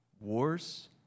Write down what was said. wars